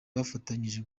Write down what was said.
bafatanyije